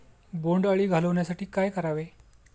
बोंडअळी घालवण्यासाठी काय करावे?